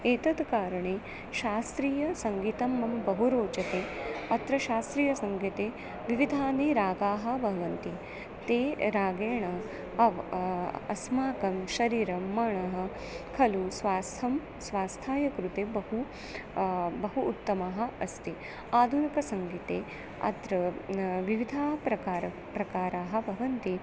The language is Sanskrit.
एतत् कारणे शास्त्रीयसङ्गीतं मम बहु रोचते अत्र शास्त्रीयसङ्गीते विविधाः रागाः भवन्ति ते रागेण एव अस्माकं शरीरं मनः खलु स्वास्थ्यं स्वास्थाय कृते बहु बहु उत्तमः अस्ति आधुनिकसङ्गीते अत्र विविधाः प्रकाराः प्रकाराः भवन्ति